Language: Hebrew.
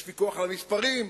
יש ויכוח על המספרים,